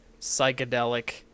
psychedelic